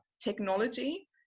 technology